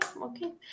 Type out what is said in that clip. Okay